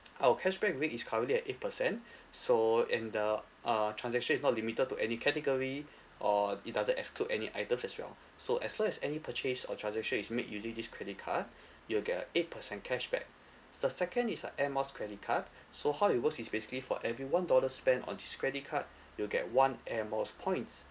our cashback rate is currently at eight percent so and the uh transaction is not limited to any category or it doesn't exclude any items as well so as long as any purchase or transaction is made using this credit card you will get a eight percent cashback the second is a air miles credit card so how it works is basically for every one dollar spent on this credit card you will get one air mile points